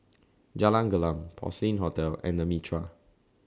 Jalan Gelam Porcelain Hotel and The Mitraa